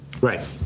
Right